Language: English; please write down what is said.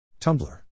Tumblr